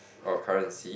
or currency